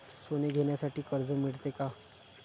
सोने घेण्यासाठी कर्ज मिळते का?